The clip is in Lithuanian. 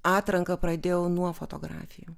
atranką pradėjau nuo fotografijų